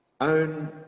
own